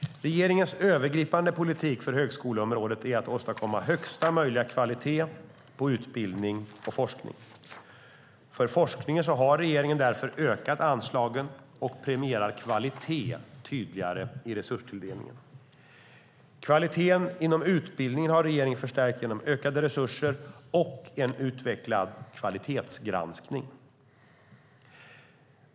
Regeringens övergripande politik för högskoleområdet är att åstadkomma högsta möjliga kvalitet på utbildning och forskning. För forskningen har regeringen därför ökat anslagen och premierar kvalitet tydligare i resurstilldelningen. Kvaliteten inom utbildningen har regeringen förstärkt genom ökade resurser och en utvecklad kvalitetsgranskning.